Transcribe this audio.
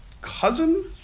cousin